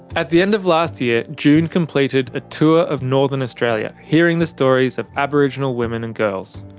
at the end of last year, june completed a tour of northern australia hearing the stories of aboriginal women and girls.